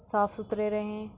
صاف ستھرے رہیں